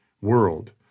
world